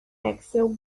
axle